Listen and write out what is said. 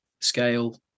scale